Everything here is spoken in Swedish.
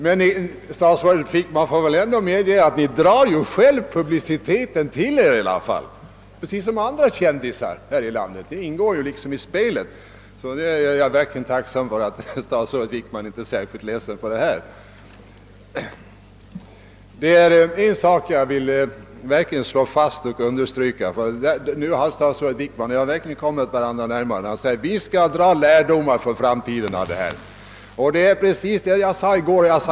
Men statsrådet Wickman får väl ändå medge att Ni själv drar publicitet till Er precis som andra kändisar här i landet; det ingår liksom i spelet. Jag är glad över att statsrådet Wickman inte är särskilt ledsen för detta. Det är en sak jag vill slå fast. När statsrådet Wickman säger att han skall dra lärdom för framtiden av detta har vi verkligen kommit varandra närmare.